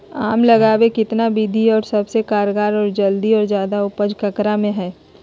आम लगावे कितना विधि है, और सबसे कारगर और जल्दी और ज्यादा उपज ककरा में है?